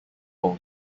bowl